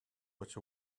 but